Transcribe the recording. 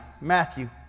Matthew